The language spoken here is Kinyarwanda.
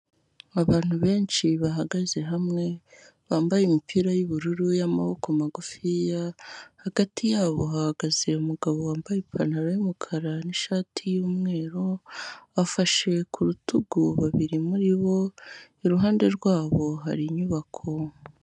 Abantu benshi bahagaze hamwe, bambaye imipira y'ubururu, y'amaboko magufiya, hagati y'abo hahagaze umugabo wambaye ipantaro y'umukara, n'ishati y'umweru, bafashe ku rutugu babiri muri bo, iruhande rwabo hari inyubako.